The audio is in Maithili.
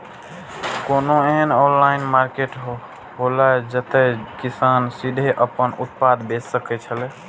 कोनो एहन ऑनलाइन मार्केट हौला जते किसान सीधे आपन उत्पाद बेच सकेत छला?